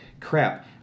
crap